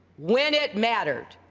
when it mattered,